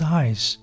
eyes